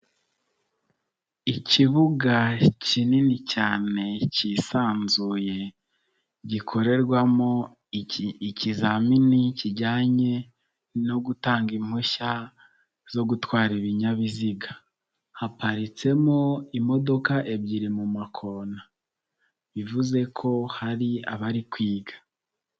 Ikibuga kinini cyane kisanzuye gikorerwamo ikizamini kijyanye no gutanga impushya zo gutwara ibinyabiziga, haparitsemo imodoka ebyiri mu makona bivuze ko hari abari kwiga.